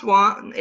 one